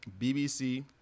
BBC